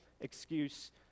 excuse